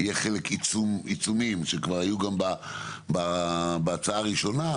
יהיו עיצומים שכבר היו בהצעה הראשונה,